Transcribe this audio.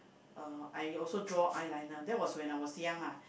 uh I also draw eyeliner that was when I was young lah